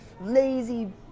lazy